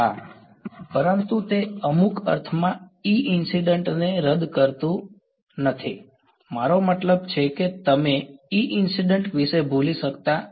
હા પરંતુ તે અમુક અર્થમાં E ઈન્સિડ્ન્ટ ને રદ કરતું નથી મારો મતલબ છે કે તમે E ઈન્સિડ્ન્ટ વિશે ભૂલી શકતા નથી